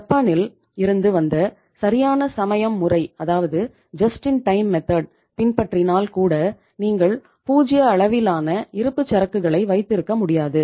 ஜப்பானில் இருந்து வந்த சரியான சமயம் முறை அதாவது பின்பற்றினால் கூட நீங்கள் பூஜ்ஜிய அளவிலான இருப்புச்சரக்குகளை வைத்திருக்க முடியாது